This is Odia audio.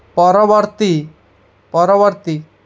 ପରବର୍ତ୍ତୀ ପରବର୍ତ୍ତୀ